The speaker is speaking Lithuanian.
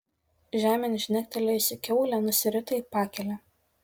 žemėn žnektelėjusi kiaulė nusirito į pakelę